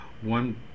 one